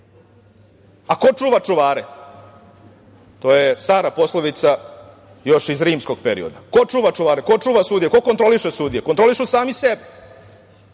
ko čuva čuvare? To je stara poslovica još iz rimskog perioda. Ko čuva čuvare? Ko čuva sudije? Ko kontroliše sudije? Kontrolišu sami sebe,